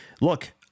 look